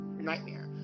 nightmare